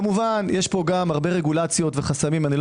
כמובן יש פה גם הרבה רגולציות וחסמים לא